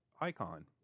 icon